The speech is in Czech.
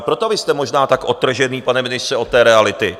Proto vy jste možná tak odtržený, pane ministře, od té reality.